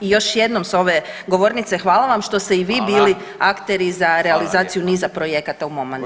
I još jednom s ove govornice hvala vam što ste i vi bili akteri za realizaciju niza projekata u mom mandatu.